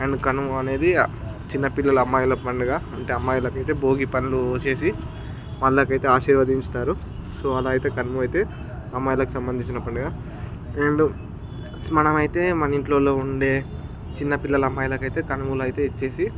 and Kanuma అనేది చిన్నపిల్లల అమ్మాయిల పండుగ అంటే అమ్మాయిలకి అయితే భోగి పళ్ళు పోసి వాళ్ళకైతే ఆశీర్వదించుతారు సో అలాగైతే కనుమ అయితే అమ్మాయిలకి సంబంధించిన పండుగ అండ్ మనం అయితే మన ఇండ్లల్లో వుండే చిన్నపిల్లలు అమ్మాయిలకైతే కనుములు అయితే ఇచ్చి